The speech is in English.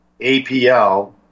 APL